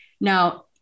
Now